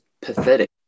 pathetic